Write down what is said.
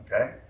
okay